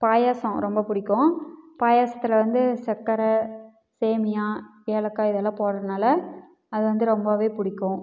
பாயாசம் ரொம்ப பிடிக்கும் பாயாசத்தில் வந்து சர்க்கர சேமியா ஏலக்காய் இதெல்லாம் போடுறதுனால அது வந்து ரொம்பவே பிடிக்கும்